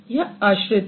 यह आश्रित है